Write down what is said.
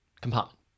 compartment